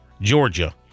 Georgia